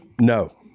No